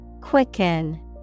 Quicken